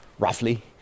roughly